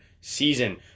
season